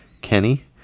Kenny